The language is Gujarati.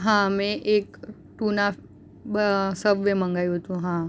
હા મેં એક ટૂના બ સબવે મંગાવ્યું હતું હા